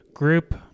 group